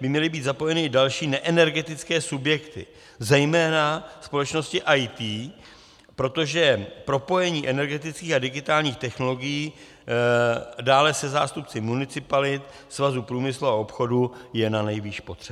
by měly být zapojeny i další neenergetické subjekty, zejména společnosti IT, protože propojení energetických a digitálních technologií dále se zástupci municipalit, Svazu průmyslu a obchodu je nanejvýš potřebné.